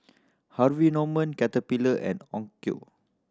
Harvey Norman Caterpillar and Onkyo